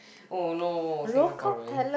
oh no Singaporean